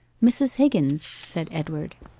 mrs. higgins said edward.